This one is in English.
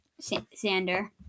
Xander